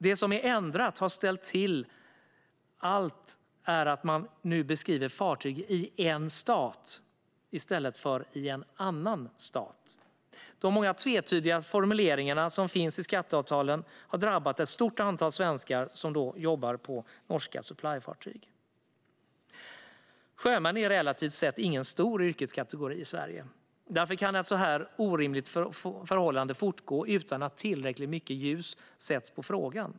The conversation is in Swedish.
Det som är ändrat och har ställt till allt är att man nu beskriver fartyg i en stat i stället för i en annan stat. De många tvetydiga formuleringar som finns i skatteavtalen har drabbat ett stort antal svenskar som jobbar på norska supplyfartyg. Sjömän är relativt sett ingen stor yrkeskategori i Sverige. Därför kan ett så här orimligt förhållande fortgå utan att tillräckligt mycket ljus sätts på frågan.